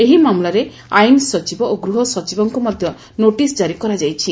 ଏହି ମାମଲାରେ ଆଇନ ସଚିବ ଓ ଗୃହ ସଚିବଙ୍କୁ ମଧ୍ୟ ନୋଟିସ୍ ଜାରି କରାଯାଇଛି